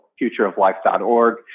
futureoflife.org